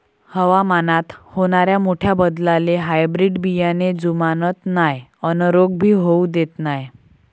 हवामानात होनाऱ्या मोठ्या बदलाले हायब्रीड बियाने जुमानत नाय अन रोग भी होऊ देत नाय